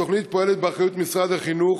התוכנית פועלת באחריות משרד החינוך,